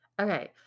Okay